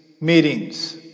meetings